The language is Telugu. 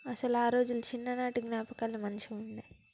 అసలు ఆ రోజులు చిన్న నాటి జ్ఞాపకాలు మంచిగా ఉంటాయి